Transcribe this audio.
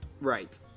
Right